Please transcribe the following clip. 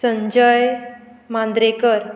Sanjay Mandrekar